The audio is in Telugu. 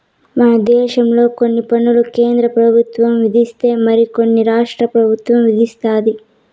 మన దేశంలో కొన్ని పన్నులు కేంద్ర పెబుత్వం విధిస్తే మరి కొన్ని రాష్ట్ర పెబుత్వం విదిస్తది